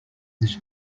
this